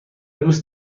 دوست